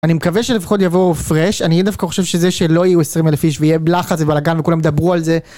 אני מקווה שלפחות יבואו פרש, אני דווקא חושב שזה שלא יהיו 20,000 איש ויהיה לחץ ובלאגן וכולם ידברו על זה.